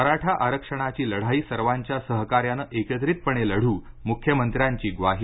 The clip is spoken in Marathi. मराठा आरक्षणाची लढाई सर्वांच्या सहकार्यानं एकत्रितपणे लढू मुख्यमंत्र्यांची ग्वाही